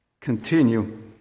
continue